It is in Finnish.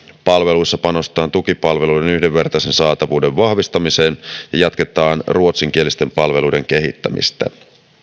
palveluissa panostetaan tukipalveluiden yhdenvertaisen saatavuuden vahvistamiseen ja jatketaan ruotsinkielisten palveluiden kehittämistä